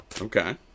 Okay